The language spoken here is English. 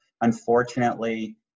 unfortunately